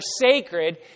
sacred